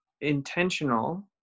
intentional